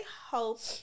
hope